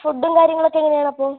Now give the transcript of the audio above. ഫുഡും കാര്യങ്ങളൊക്കെ എങ്ങനെയാണ് അപ്പോൾ